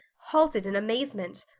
halted in amazement.